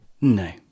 No